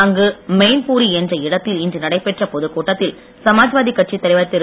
அங்கு மெய்ன்பூரி என்ற இடத்தில் இன்று நடைபெற்ற பொதுக்கூட்டத்தில் சமாஜ்வாதி கட்சித் தலைவர் திரு